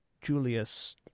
Julius